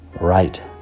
Right